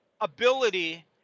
ability